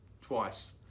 twice